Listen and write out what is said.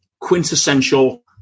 quintessential